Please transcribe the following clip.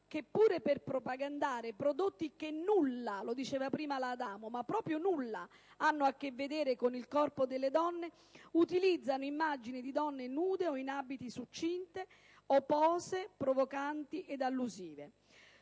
che, pure per propagandare prodotti che nulla - lo diceva prima la senatrice Adamo - ma proprio nulla hanno a che vedere con il corpo delle donne utilizzano immagini di donne nude, o in abiti succinti, o in pose provocanti e allusive?